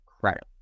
credit